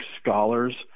scholars